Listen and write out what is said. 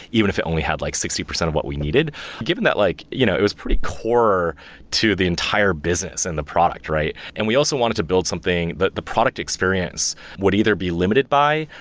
even if it only had like sixty percent of what we needed given that like you know it was pretty core to the entire business and the product, right? and we also wanted to build something that the product experience would either be limited by,